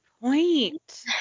point